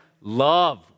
love